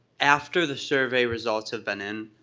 after the survey results have been in,